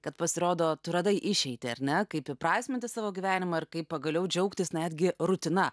kad pasirodo tu radai išeitį ar ne kaip įprasminti savo gyvenimą ir kaip pagaliau džiaugtis netgi rutina